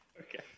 Okay